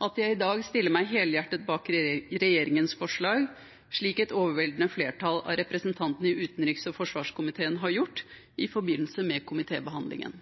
at jeg i dag stiller meg helhjertet bak regjeringens forslag, slik et overveldende flertall av representantene i utenriks- og forsvarskomiteen har gjort i forbindelse med komitébehandlingen.